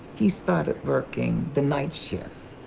he started working the night shift.